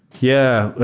yeah.